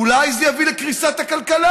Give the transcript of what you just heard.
אולי זה יביא לקריסת הכלכלה?